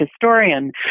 historian